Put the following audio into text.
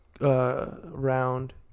Round